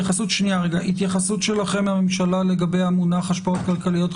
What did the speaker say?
התייחסות שלכם הממשלה למונח "השפעות כלכליות,